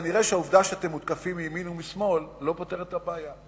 כנראה העובדה שאתם מותקפים מימין ומשמאל לא פותרת את הבעיה.